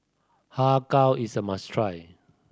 Har Kow is a must try